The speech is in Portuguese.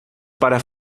para